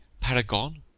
paragon